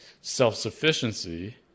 self-sufficiency